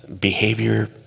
behavior